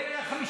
הילד החמישי,